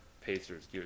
Pacers